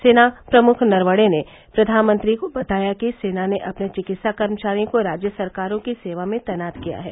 सेना प्रमुख नरवणे ने फ्र्यानमंत्री को बताया कि सेना ने अपने चिकित्सा कर्मचारियों को राज्य सरकारों की सेवा में तैनात किया है